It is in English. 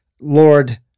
Lord